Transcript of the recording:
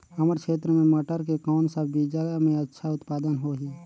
हमर क्षेत्र मे मटर के कौन सा बीजा मे अच्छा उत्पादन होही?